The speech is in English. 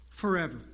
Forever